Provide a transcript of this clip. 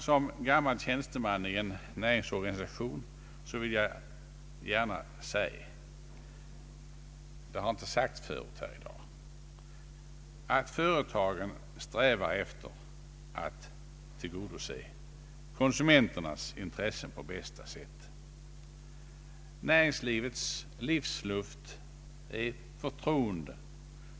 Som gammal tjänsteman i en näringsorganisation vill jag gärna säga — det har inte sagts förut här i dag — att företagen genomgående strävar efter att tillgodose konsumenternas intressen på bästa sätt. Hela verksamheten går ut härpå. Näringslivets livsluft är förtroende.